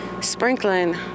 sprinkling